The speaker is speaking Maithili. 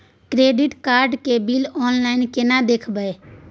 क्रेडिट कार्ड के बिल ऑनलाइन केना देखबय?